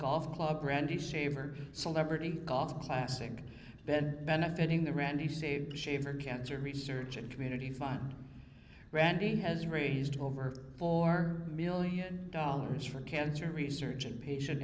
golf club randy saver celebrity golf classic bed benefiting the randy save shaver cancer research and community fine randy has raised over four million dollars for cancer research and patient